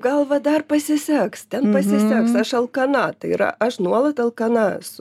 gal va dar pasiseks ten pasiseks aš alkana tai yra aš nuolat alkana esu